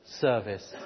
service